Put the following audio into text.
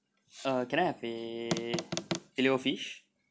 uh can I have a fillet O fish